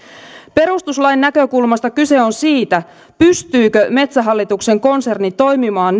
perustuslain näkökulmasta kyse on siitä pystyykö metsähallituksen konserni toimimaan